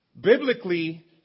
biblically